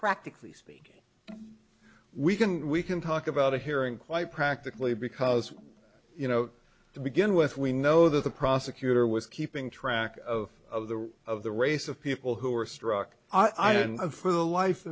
practically speaking we can we can talk about a hearing quite practically because you know to begin with we know that the prosecutor was keeping track of the of the race of people who were struck i and for the life